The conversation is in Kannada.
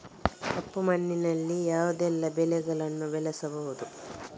ಕಪ್ಪು ಮಣ್ಣಿನಲ್ಲಿ ಯಾವುದೆಲ್ಲ ಬೆಳೆಗಳನ್ನು ಬೆಳೆಸಬಹುದು?